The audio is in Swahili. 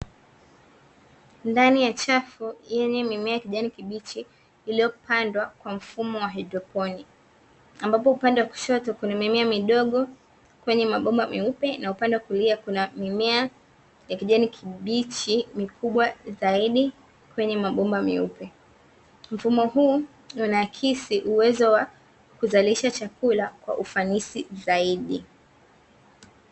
Ndani ya safu yenye mimea ya kijani kibichi iliopandwa kwa mfumo wa hydroponiki upande wa kushoto kuna mimea midogo kwenye mabomba meupe upande wa kulia kuna mimea ya kijani kibichi mikubwa zaidi kwenye mabomba meupe. mfumo huu unaakisi uwezo wa kuzalisha chakula kwa ufanisi zaidi.